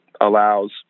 allows